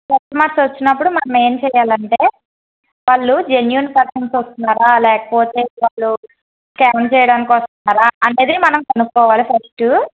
customers వచ్చినప్పుడు మనం ఏం చేయాలంటే వాళ్ళు జెన్యూన్ పర్సెన్స్ వస్తున్నారా లేకపోతే వాళ్ళు స్కామ్ చేయడానికి వస్తున్నారా అన్నది మనం కనుక్కోవాలి ఫస్ట్